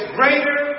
greater